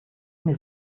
mir